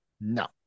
No